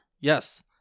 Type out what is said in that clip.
Yes